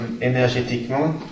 énergétiquement